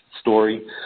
story